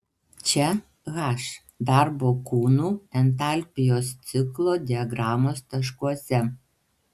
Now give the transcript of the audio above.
čia h darbo kūnų entalpijos ciklo diagramos taškuose